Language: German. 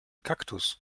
kaktus